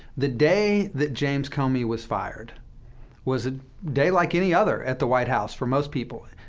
the day that james comey was fired was a day like any other at the white house for most people.